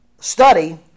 study